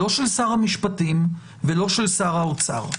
לא של שר המשפטים ולא של שר האוצר.